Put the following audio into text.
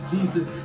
Jesus